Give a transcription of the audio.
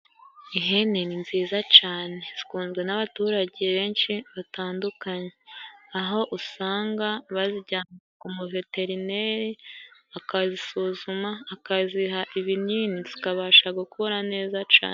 Ihene ni nziza cane zikunzwe n'abaturage benshi batandukanye aho usanga bazijyana k' umuveterineri akazisuzuma, akaziha ibinini, zikabasha gukura neza cane.